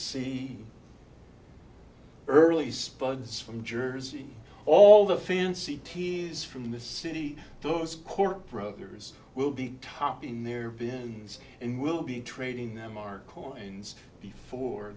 sea early spuds from jersey all the fancy teas from the city those court brothers will be top in there been and will be trading them are coins before